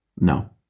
no